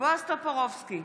בועז טופורובסקי,